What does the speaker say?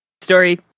Story